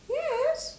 yes